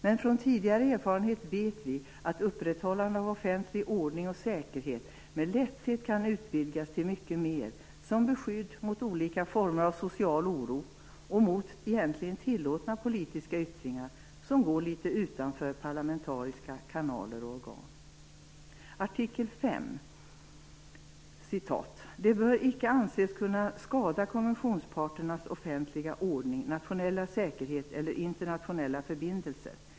Men från tidigare erfarenhet vet vi att upprätthållande av offentlig ordning och säkerhet med lätthet kan utvidgas till mycket mer, som beskydd mot olika former av social oro och mot egentligen tillåtna politiska yttringar som går litet utanför parlamentariska kanaler och organ. I artikel 5 står det: Det bör icke anses kunna skada konventionsparternas offentliga ordning, nationella säkerhet eller internationella förbindelser.